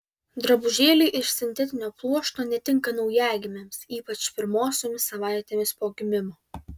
drabužėliai iš sintetinio pluošto netinka naujagimiams ypač pirmosiomis savaitėmis po gimimo